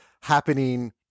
happening